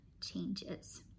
changes